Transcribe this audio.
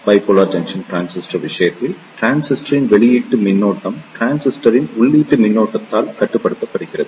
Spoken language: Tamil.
பைபோலார் ஜங்ஷன் டிரான்சிஸ்டரின் விஷயத்தில் டிரான்சிஸ்டரின் வெளியீட்டு மின்னோட்டம் டிரான்சிஸ்டரின் உள்ளீட்டு மின்னோட்டத்தால் கட்டுப்படுத்தப்படுகிறது